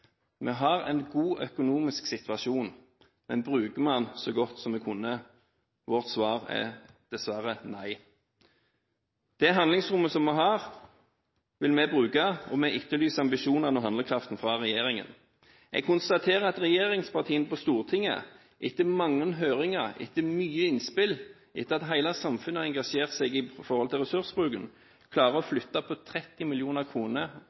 Vi har en god økonomisk situasjon, men bruker vi den så godt vi kunne? Vårt svar er dessverre nei. Det handlingsrommet som vi har, vil vi bruke, og vi etterlyser ambisjonene og handlekraften fra regjeringen. Jeg konstaterer at regjeringspartiene på Stortinget etter mange høringer, etter mye innspill, og etter at hele samfunnet har engasjert seg når det gjelder ressursbruken, klarer å flytte på 30 mill. kr i